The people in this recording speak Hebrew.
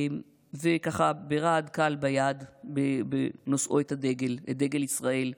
ככה ברעד קל ביד בנושאו את דגל ישראל.